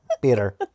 Peter